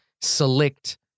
select